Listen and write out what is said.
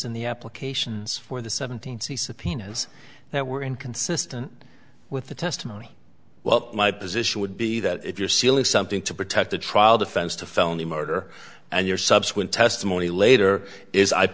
in the applications for the seventeenth subpoenas that were inconsistent with the testimony well my position would be that if you're selling something to protect the trial defense to felony murder and your subsequent testimony later is i